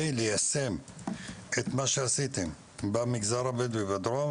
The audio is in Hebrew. ליישם את מה שעשיתם במגזר הבדואי בדרום,